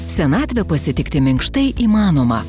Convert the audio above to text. senatvę pasitikti minkštai įmanoma